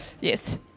Yes